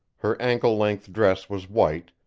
her ankle-length dress was white,